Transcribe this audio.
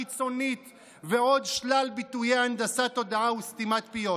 קיצונית" ועוד שלל ביטויי הנדסת תודעה וסתימת פיות.